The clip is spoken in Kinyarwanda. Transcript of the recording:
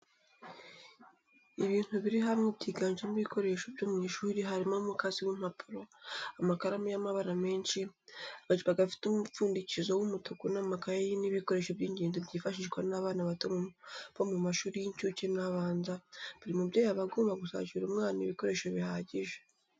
Ibintu biri hamwe byiganjemo ibikoreso byo mw'ishuri harimo umukasi w'impapuro, amakaramu y'amabara menshi, agacupa gafite umupfundikizo w'umutuku,n' amakayi ni ibikoresho by'ingenzi byifashishwa n'abana bato bo mu mashuri y'incuke n'abanza, buri mubyeyi aba agomba gusakira umwana ibikoresho bihagije.